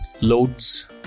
Loads